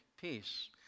peace